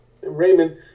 Raymond